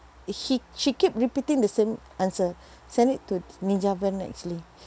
she she keep repeating the same answer send it to ninja van actually